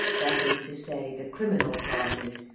that is to say the criminal classes,